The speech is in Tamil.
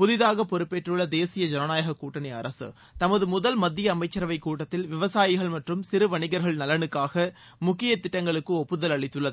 புதிதாக பொறுப்பேற்றுள்ள தேசிய ஜனநாயகக் கூட்டணி அரசு மத்திய முதல் அமைச்சரவை கூட்டத்தில் விவசாயிகள் மற்றம் சிறு வணிகர்கள் நலனுக்காக முக்கிய திட்டங்களுக்கு ஒப்புதல் அளித்துள்ளது